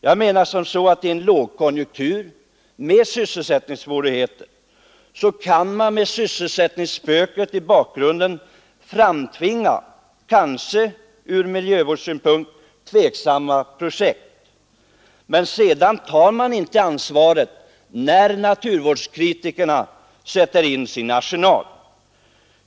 Jag menar att i en lågkonjunktur med sysselsättningssvårigheter kan man med sysselsättningsspöket i bakgrunden framtvinga projekt som kanske är tvivelaktiga från miljövårdssynpunkt, men sedan tar man inte ansvaret när naturvårdskritikerna sätter in sin arsenal.